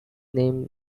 name